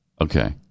Okay